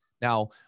Now